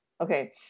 okay